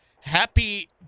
happy